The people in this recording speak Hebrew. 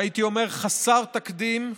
והייתי אומר חסר תקדים,